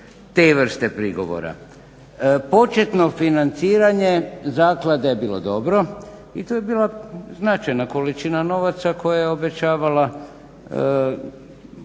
te vrste prigovora. Početno financiranje zaklade je bilo dobro i to je bila značajna količina novaca koja je obećavala mogućnost